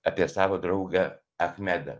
apie savo draugą achmedą